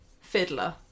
fiddler